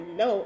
no